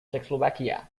czechoslovakia